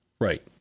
right